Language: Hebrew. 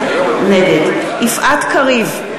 נגד יפעת קריב,